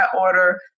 order